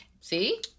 See